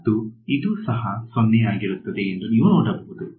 ಮತ್ತು ಇದು ಸಹ0 ಆಗಿರುತ್ತದೆ ಎಂದು ನೀವು ನೋಡಬಹುದು